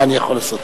מה אני יכול לעשות?